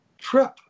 trip